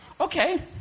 okay